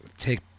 Take